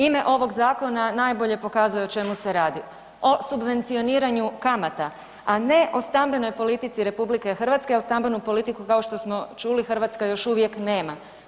Ime ovog zakona najbolje pokazuje o čemu se radi, o subvencioniranju kamata, a ne o stambenoj politici RH jel stambenu politiku, kao što smo čuli, Hrvatska još uvijek nema.